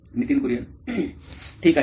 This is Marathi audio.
Nitin Kurian COO nine electronics ठीक आहे